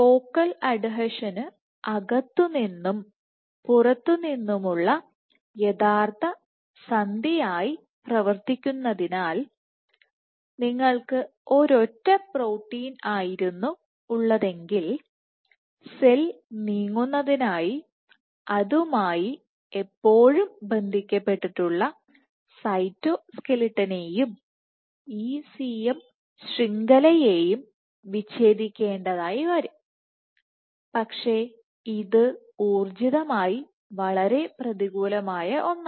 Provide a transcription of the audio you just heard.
focal adhesion അകത്തുനിന്നും പുറത്തുനിന്നുമുള്ള യഥാർത്ഥ സന്ധിആയി പ്രവർത്തിക്കുന്നതിനാൽ നിങ്ങൾക് ഒരൊറ്റ പ്രോട്ടീൻ ആയിരുന്നു ഉള്ളതെങ്കിൽ സെൽ നീങ്ങുന്നതിനായി അതുമായി എപ്പോഴും ബന്ധിപ്പിക്കപ്പെട്ടിട്ടുള്ള സൈറ്റോസ്കെലിട്ടണേയും ECM ശൃംഖലയെ യും വിച്ഛേദിക്കേണ്ടതായി വരും പക്ഷേ അത് ഊർജ്ജിതമായി വളരെ പ്രതികൂലമായ ഒന്നാണ്